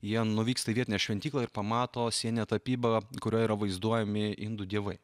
jie nuvyksta į vietinę šventyklą ir pamato sieninę tapybą kurioje yra vaizduojami indų dievai